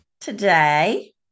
today